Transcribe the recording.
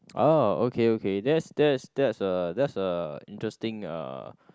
orh okay okay that's that's that's a that's a interesting uh